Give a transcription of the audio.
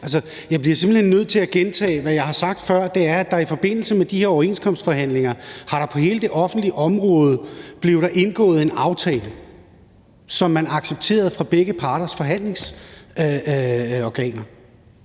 jeg bliver nødt til at gentage, hvad jeg har sagt før, og det er, at der i forbindelse med de her overenskomstforhandlinger på hele det offentlige område blev indgået en aftale, som begge parters forhandlingsorganer